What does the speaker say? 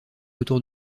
autour